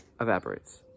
evaporates